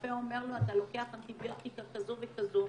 הרופא אומר לו: אתה לוקח אנטיביוטיקה כזו וכזו,